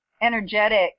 energetic